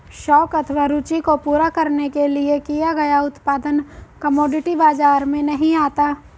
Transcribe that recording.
शौक अथवा रूचि को पूरा करने के लिए किया गया उत्पादन कमोडिटी बाजार में नहीं आता